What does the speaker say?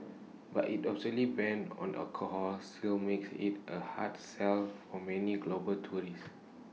but its absolute ban on alcohol still makes IT A hard sell for many global tourists